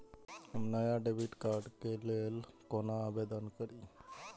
हम नया debit card के लल कौना आवेदन करि?